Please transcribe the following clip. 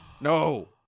No